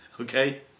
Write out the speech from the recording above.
Okay